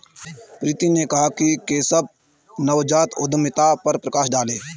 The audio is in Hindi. प्रीति ने कहा कि केशव नवजात उद्यमिता पर प्रकाश डालें